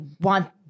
want